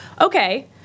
okay